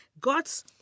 God's